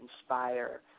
inspire